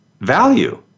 value